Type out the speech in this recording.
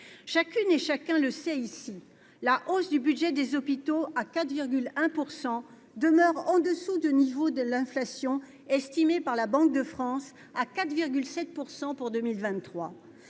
Chacune et chacun le sait ici : la hausse de 4,1 % du budget des hôpitaux demeure au-dessous du niveau de l'inflation, estimée par la Banque de France à 4,7 % pour 2023.